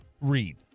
read